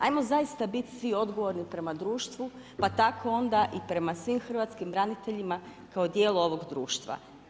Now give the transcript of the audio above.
Ajmo zaista biti svi odgovorni prema društvu, pa tako onda i prema svim hrvatskim braniteljima, kao dijelu ovog društva.